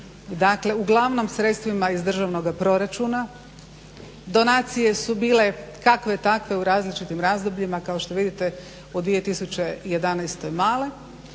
dakle uglavnom sredstvima iz državnoga proračuna. donacije su bile kakve takve u različitim razdobljima kao što vidite u 2011.male